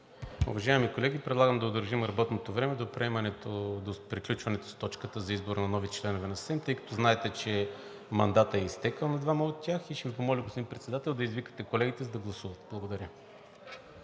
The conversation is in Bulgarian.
Уважаеми колеги, предлагам да удължим работното време до приключването на точката за избор на нови членове на СЕМ, тъй като знаете, че мандатът е изтекъл на двама от тях. Ще Ви помоля, господин Председател, да извикате колегите, за да гласуват. Благодаря.